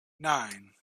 nine